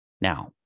Now